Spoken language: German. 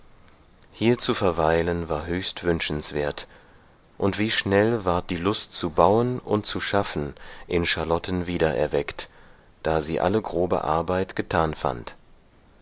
hier zu verweilen war höchst wünschenswert und wie schnell ward die lust zu bauen und zu schaffen in charlotten wieder erweckt da sie alle grobe arbeit getan fand